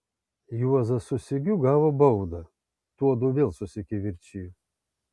juozas su sigiu gavo baudą tuodu vėl susikivirčijo